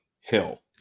Hill